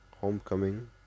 Homecoming